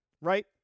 right